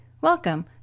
Welcome